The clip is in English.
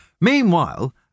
Meanwhile